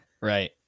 Right